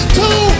two